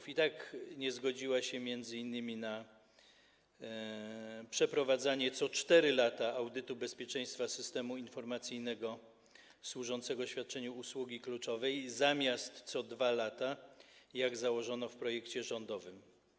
I tak nie zgodziła się m.in. na przeprowadzanie co 4 lata audytu bezpieczeństwa systemu informacyjnego służącego świadczeniu usługi kluczowej, zamiast co 2 lata, jak założono w projekcie rządowym.